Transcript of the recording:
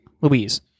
louise